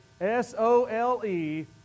S-O-L-E